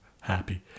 happy